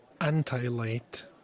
anti-light